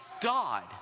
God